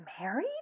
married